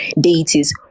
deities